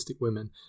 women